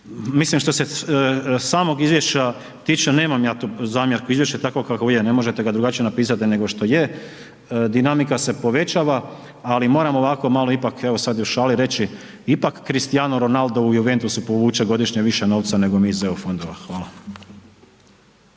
Mislim što se samog izvješća tiče, nemam ja tu zamjerku, izvješće je takvo kakvo je, ne možete ga drugačije napisati nego što je, dinamika se povećava, ali moram ovako malo ipak evo sad i u šali reći, ipak Christiano Ronaldo u Juventusu povuče godišnje više novca nego mi iz EU fondova. Hvala.